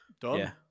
done